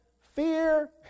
Fear